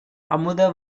அமுத